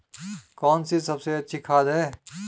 कौन सी सबसे अच्छी खाद है?